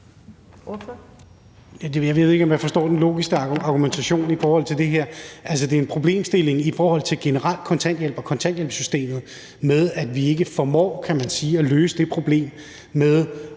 Jeg ved ikke, om jeg logisk forstår argumentationen i forhold til det her. Altså, det er en problemstilling generelt i forhold til kontanthjælp og kontanthjælpssystemet, at vi ikke formår at løse det problem med